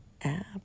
app